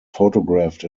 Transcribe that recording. photographed